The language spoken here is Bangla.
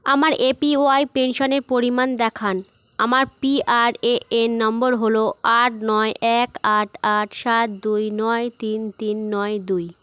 আমার এপিওয়াই পেনশানের পরিমাণ দেখান আমার পিআরএএন নম্বর হলো আট নয় এক আট আট সাত দুই নয় তিন তিন নয় দুই